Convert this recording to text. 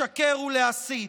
לשקר ולהסית.